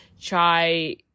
try